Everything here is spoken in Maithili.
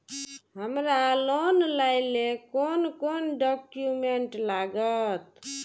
हमरा लोन लाइले कोन कोन डॉक्यूमेंट लागत?